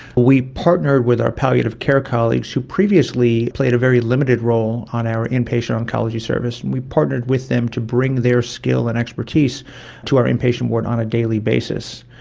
we partnered with our palliative care colleagues who previously played a very limited role on our inpatient oncology service, and we partnered with them to bring their skill and expertise to our inpatient ward on a daily basis.